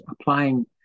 applying